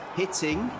hitting